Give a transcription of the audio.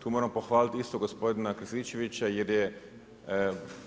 Tu moram pohvaliti isto gospodina Krstičevića jer je